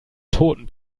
toten